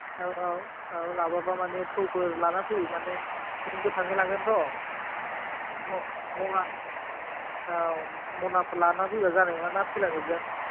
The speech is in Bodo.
औ औ औ लाबोयाबा मानि थौ फोर लाना फै मानि गोथाङै लांगोनथ' म मना औ मनाफोर लाना फैबा जानाय नङा ना थैलांजोब गोन